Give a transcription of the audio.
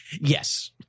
Yes